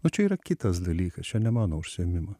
nu čia yra kitas dalykas čia ne mano užsiėmima